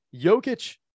Jokic